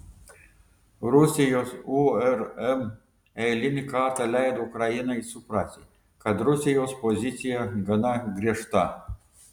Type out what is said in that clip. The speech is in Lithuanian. rusijos urm eilinį kartą leido ukrainai suprasti kad rusijos pozicija gana griežta